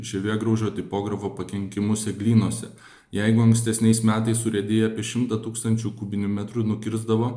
žievėgraužio tipografo pakenkimus eglynuose jeigu ankstesniais metais urėdija apie šimtą tūkstančių kubinių metrų nukirsdavo